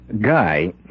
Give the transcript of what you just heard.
Guy